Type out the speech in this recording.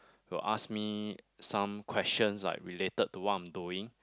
will ask me some questions like related to what I'm doing